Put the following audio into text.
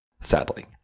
sadly